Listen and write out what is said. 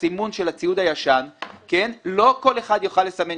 הסימון של הציוד הישן לא כל אחד יוכל לסמן.